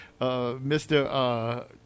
Mr